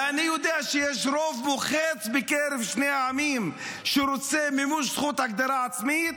ואני יודע שיש רוב מוחץ בקרב שני העמים שרוצה מימוש זכות ההגדרה העצמית,